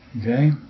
Okay